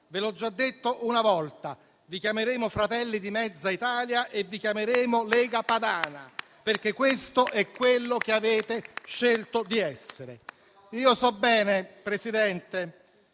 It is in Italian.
vi ho già detto una volta, vi chiameremo Fratelli di mezza Italia e vi chiameremo Lega Padana. Questo è infatti quello che avete scelto di essere. So bene, Presidente,